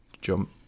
Jump